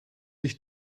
ich